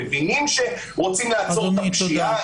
מבינים שרוצים לעצור את הפשיעה,